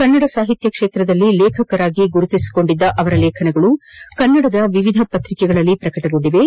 ಕನ್ನಡ ಸಾಹಿತ್ಯ ಕ್ಷೇತ್ರದಲ್ಲಿ ಲೇಖಕರಾಗಿ ಗುರುತಿಸಿಕೊಂಡಿದ್ದ ಅವರ ಲೇಖನಗಳು ಕನ್ನಡದ ವಿವಿಧ ಪತ್ರಿಕೆಗಳಲ್ಲಿ ಪ್ರಕಟಗೊಂಡಿವೆ